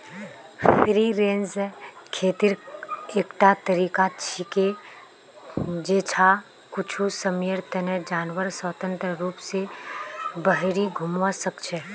free range खेतीर एकटा तरीका छिके जैछा कुछू समयर तने जानवर स्वतंत्र रूप स बहिरी घूमवा सख छ